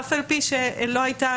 אף על פי שלא הייתה,